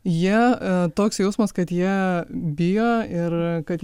jie toks jausmas kad jie bijo ir kad